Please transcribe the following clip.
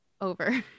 over